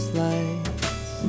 lights